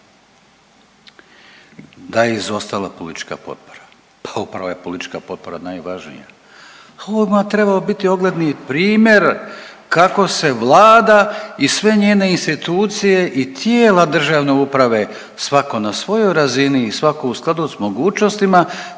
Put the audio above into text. Da je izostala politička potpora, pa upravo je politička potpora najvažnija. Ovo bi vam trebao biti ogledni primjer kako se vlada i sve njene institucije i tijela državne uprave svako na svojoj razini i svako u skladu s mogućnostima